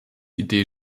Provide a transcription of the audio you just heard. idee